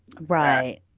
right